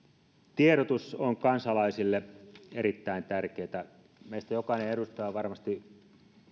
tiedotus on kansalaisille erittäin tärkeätä meistä jokainen edustaja on varmasti